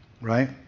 Right